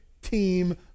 team